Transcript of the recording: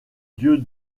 dieu